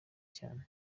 cyane